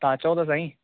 तव्हां अचो त सही